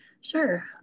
Sure